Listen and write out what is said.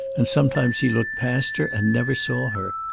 and sometimes he looked past her and never saw her.